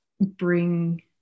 bring